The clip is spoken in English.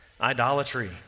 idolatry